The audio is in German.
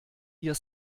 ihr